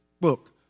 Book